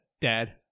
Dad